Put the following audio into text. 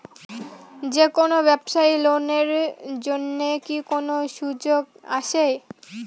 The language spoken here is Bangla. যে কোনো ব্যবসায়ী লোন এর জন্যে কি কোনো সুযোগ আসে?